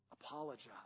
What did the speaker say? Apologize